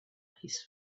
his